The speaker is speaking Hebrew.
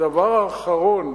הדבר האחרון